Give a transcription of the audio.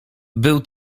był